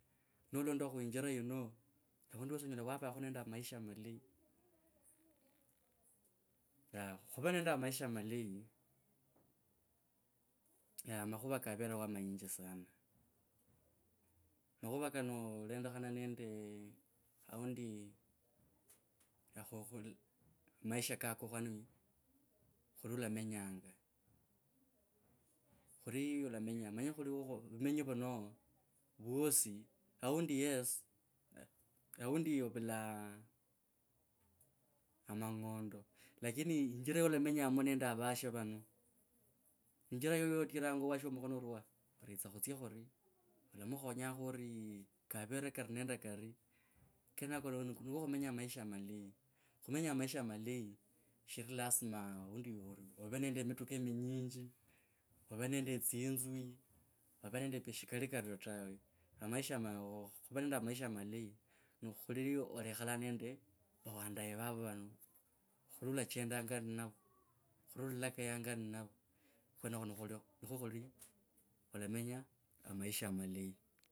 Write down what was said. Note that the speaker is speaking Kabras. Nolonda khu injira yino evundu wosi onyola wavakho nende a maisha malayi. khuvere nende a maisha malayi aa makhuva kaveree manyinji sana makhuva kako kano khuli ulamenyanga khuli ulamenyanga vumonyi vuno vwosi aundi yes. Aundi iwe ovula a mang’ondo lakini injira yolamenyamo nende avasho vano injira yo, yotiranga washo mukhono ori wa yitsa khutsie khuri olamukhonyakho orii kavere kari nende mituka ninyinji ovee nende tsinzu ovee nende pi, shi kali kario tawe na maisha ma ooh khuva nende a maisha malayi ni khuli olekhala nende, nende wandaye vavo vano khuli olachendanga ninavo khuli olalakayo ninavo khwenakho nikhwa khuli olamenya a maisha malayi.